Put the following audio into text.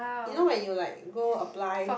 you know when you like go apply